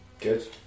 Good